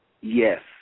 Yes